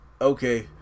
Okay